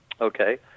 Okay